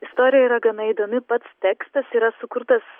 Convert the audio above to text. istorija yra gana įdomi pats tekstas yra sukurtas